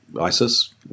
ISIS